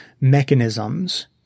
mechanisms